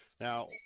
Now